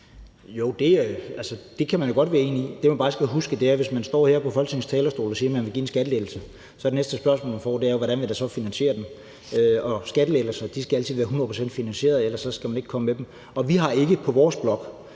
Jo, det kan man jo godt være enig i. Det, man bare skal huske, er, at hvis man står her på Folketingets talerstol og siger, at man vil give skattelettelser, er det næste spørgsmål, man får, hvordan man så vil finansiere dem. Skattelettelser skal altid være 100 pct. finansieret, ellers skal man ikke komme med dem, og vi har ikke på vores blok